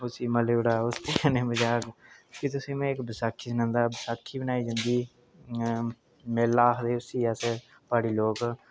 उसी मली ओड़े दा उसदे कन्नै मजाक भी तुसें ई में इक बसाखी सनांदा बसाखी मनाई जंदी मेला आखदे उसी अस प्हाड़ी लोक